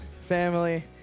family